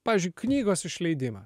pavyzdžiui knygos išleidimą